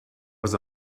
was